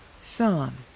Psalm